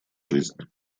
жизнь